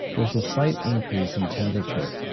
there's a slight increase in temperature.